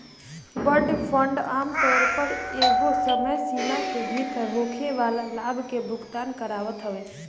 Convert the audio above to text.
bond fund आमतौर पअ एगो समय सीमा में भीतर होखेवाला लाभ के भुगतान करत हवे